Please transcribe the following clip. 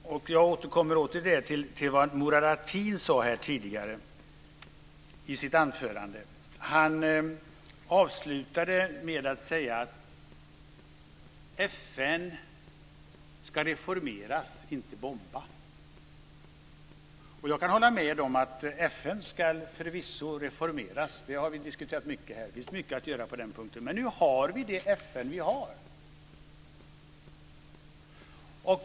Jag återkommer till vad Murad Artin sade här tidigare i sitt anförande. Han avslutade med att säga att FN ska reformeras och inte bomba. Jag kan hålla med om att FN förvisso ska reformeras. Det har vi diskuterat mycket här i kammaren. Det finns mycket att göra på den punkten. Men nu har vi det FN vi har.